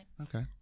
okay